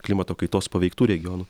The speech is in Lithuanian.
klimato kaitos paveiktų regionų